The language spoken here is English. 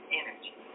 energy